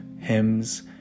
hymns